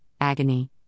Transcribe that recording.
agony